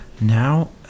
now